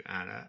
Anna